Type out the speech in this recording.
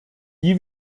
die